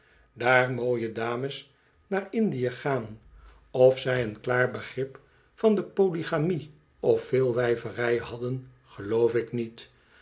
daar mooie dames naar indië gaan of zij een klaar begrip van de polygamie of veelwljverij hadden geloof ik niet